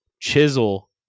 chisel